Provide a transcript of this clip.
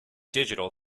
digital